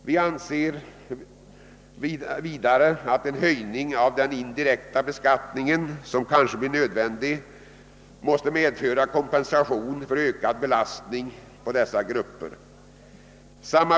Vidare anser vi att en höjning av den indirekta beskattningen, som kanske blir nödvändig, måste medföra kompensation för ökad belastning på dessa grupper.